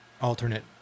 alternate